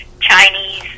Chinese